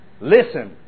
listen